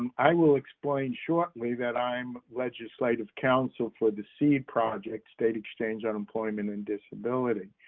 and i will explain shortly that i'm legislative counsel for the seed project, state exchange on employment and disability,